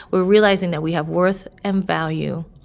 we're realizing that we have worth and value,